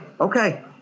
okay